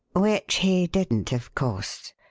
which he didn't, of course?